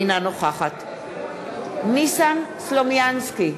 אינה הנוכח ניסן סלומינסקי,